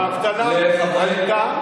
האבטלה עלתה,